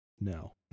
No